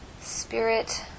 Spirit